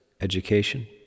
education